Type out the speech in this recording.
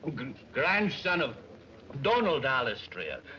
aye. grandson of donald alastair.